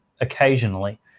occasionally